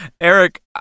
eric